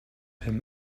him